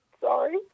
Sorry